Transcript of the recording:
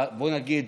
בואו נגיד,